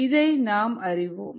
இதை நாம் அறிவோம்